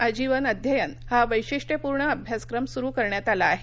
आजीवन अध्ययन हा वैशिष्ट्यपूर्ण अभ्यासक्रम सुरू करण्यात आला आहे